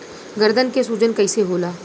गर्दन के सूजन कईसे होला?